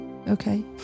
Okay